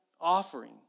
offering